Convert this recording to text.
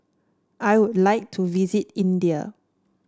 I would like to visit India